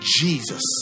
Jesus